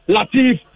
Latif